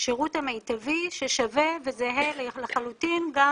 השירות המיטבי ששווה וזהה לחלוטין גם